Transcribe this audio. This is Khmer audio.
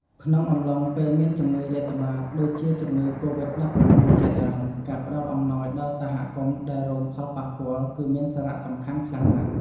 ក្នុងអំឡុងពេលមានជំងឺរាតត្បាត ដូចជាជំងឺកូវីដ-១៩ ជាដើម ការផ្តល់អំណោយដល់សហគមន៍ដែលរងផលប៉ះពាល់ គឺមានសារៈសំខាន់ខ្លាំងណាស់។